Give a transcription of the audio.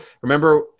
remember